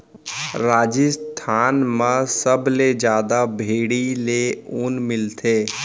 राजिस्थान म सबले जादा भेड़ी ले ऊन मिलथे